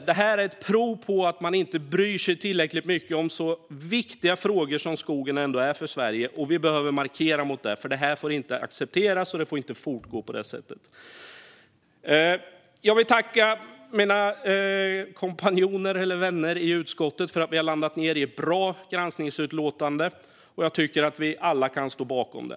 Det är prov på att man inte bryr sig tillräckligt mycket om så viktiga frågor som de skogen ändå innebär för Sverige. Vi behöver markera mot det, för det får inte accepteras. Det får inte fortgå på det sättet. Jag vill tacka mina kompanjoner, eller vänner, i utskottet för att vi har landat i ett bra granskningsutlåtande. Jag tycker att vi alla kan stå bakom det.